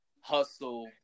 hustle